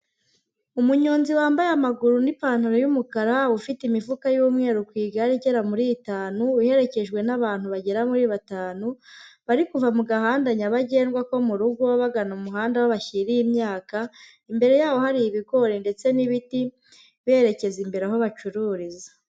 Umunyonzi wambaye amaguru n'ipantaro y'umukara, ufite imifuka y'umweru ku igare igera muri itanu, iherekejwe n'abantu bagera muri batanu, bari kuva mu gahanda nyabagendwa ko mu rugo, bagana umuhanda aho bashyiriye imyaka, imbere yabo hari ibigori ndetse n'ibiti, berekeza imbere aho bacururiza.